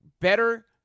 better